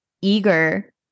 eager